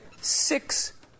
Six